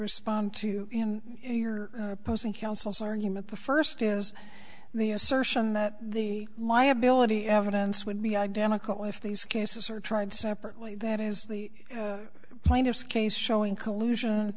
respond to your opposing counsels argument the first is the assertion that the liability evidence would be identical if these cases are tried separately that is the plaintiff's case showing collusion